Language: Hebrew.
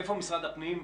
איפה משרד הפנים?